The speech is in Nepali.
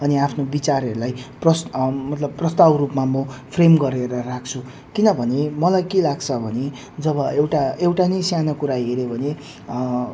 अनि आफ्नो विचारहरूलाई प्रस् मतलब प्रस्ताव रूपमा म फ्रेम गरेर राख्छु किनभने मलाई के लाग्छ भने जब एउटा एउटा नै सानो कुरा हेऱ्यो भने